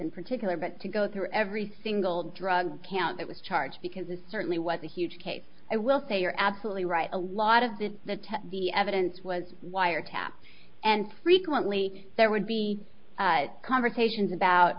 in particular but to go through every single drug count that was charged because it certainly was a huge case i will say you're absolutely right a lot of that the evidence was wiretapped and frequently there would be conversations about